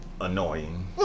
annoying